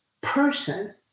person